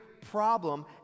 problem